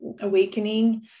awakening